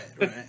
right